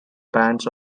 bands